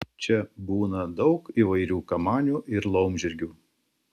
čia būna daug įvairių kamanių ir laumžirgių